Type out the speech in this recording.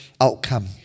outcome